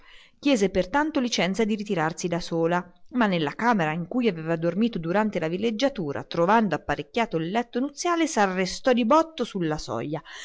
chiese presto licenza di ritirarsi sola ma nella camera in cui aveva dormito durante la villeggiatura trovando apparecchiato il letto nuziale s'arrestò di botto su la soglia